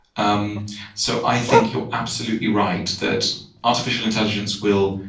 um so i think you're absolutely right that artificial intelligence will